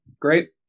great